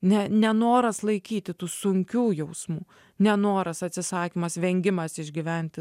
ne nenoras laikyti tų sunkių jausmų nenoras atsisakymas vengimas išgyventi